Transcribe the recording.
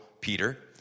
Peter